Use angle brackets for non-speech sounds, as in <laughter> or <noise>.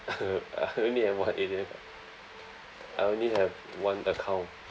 <laughs> I only have one A_T_M card I only have one account